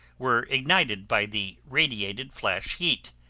were ignited by the radiated flash heat,